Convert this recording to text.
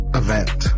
event